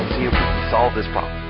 solve this problem.